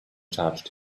charged